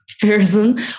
person